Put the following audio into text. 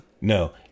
No